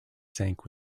sank